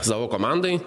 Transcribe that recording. savo komandai